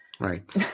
Right